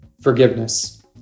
forgiveness